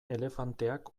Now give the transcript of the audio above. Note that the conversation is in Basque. elefanteak